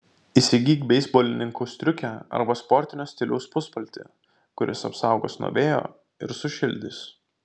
įsigyk beisbolininkų striukę arba sportinio stiliaus puspaltį kuris apsaugos nuo vėjo ir sušildys